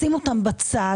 לשים אותם בצד,